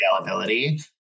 availability